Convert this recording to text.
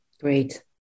Great